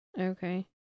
Okay